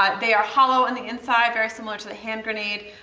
ah they are hollow in the inside, very similar to the hand grenade.